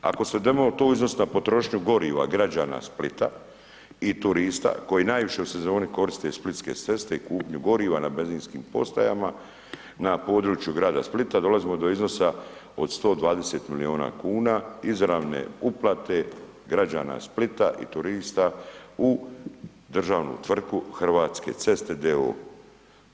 Ako svedemo to u iznosu na potrošnju goriva građana Splita i turista koji najviše u sezoni koriste splitske ceste i kupnju goriva na benzinskim postajama na području grada Splita dolazimo do iznosa od 120 milijuna kuna izravne uplate građana Splita i turista u državnu tvrtku Hrvatske ceste d.o.o.